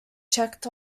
checked